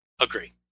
agree